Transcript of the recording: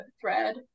thread